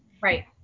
Right